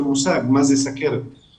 מושג מה זה סוכרת מועסקות עם ילדים סוכרתים.